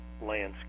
landscape